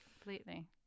completely